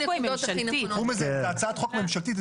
זה הצעת חוק ממשלתית.